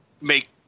make